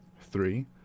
Three